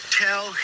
tell